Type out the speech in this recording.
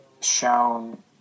shown